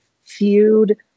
Feud